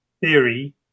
theory